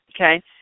okay